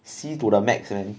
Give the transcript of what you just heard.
see to the max man